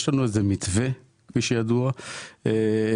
יש לנו איזה מתווה כפי שידוע לכם,